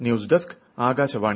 news desk Akashvani